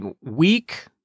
weak